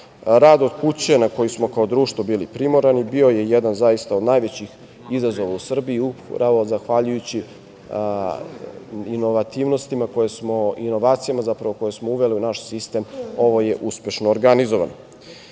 Rad od kuće na koji smo kao društvo bili primorani, bio je jedan od zaista najvećih izazova u Srbiji, upravo zahvaljujući inovacijama koje smo uveli u naš sistem, je uspešno organizovan. Važno